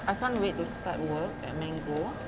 I can't wait to start work at mango